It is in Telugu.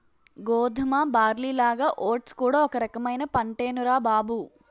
గోధుమ, బార్లీలాగా ఓట్స్ కూడా ఒక రకమైన పంటేనురా బాబూ